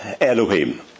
Elohim